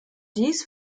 dies